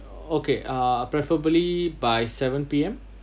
okay uh preferably by seven P_M